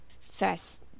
first